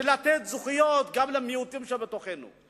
ולתת זכויות גם למיעוטים שבתוכנו,